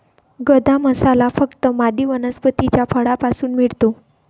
गदा मसाला फक्त मादी वनस्पतीच्या फळापासून मिळतो